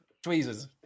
Tweezers